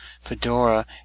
Fedora